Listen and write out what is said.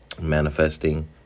manifesting